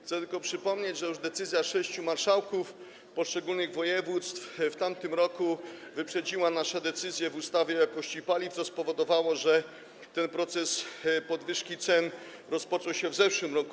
Chcę tylko przypomnieć, że już decyzje sześciu marszałków poszczególnych województw w tamtym roku wyprzedziły nasze decyzje zawarte w ustawie o jakości paliw, co spowodowało, że proces podwyżki cen rozpoczął się w zeszłym roku.